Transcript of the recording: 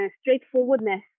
straightforwardness